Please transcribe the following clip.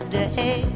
day